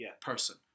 person